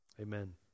Amen